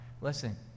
listen